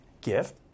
gift